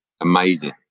amazing